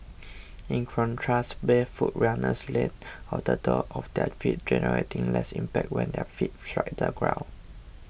in contrast barefoot runners land on the door of their feet generating less impact when their feet strike the ground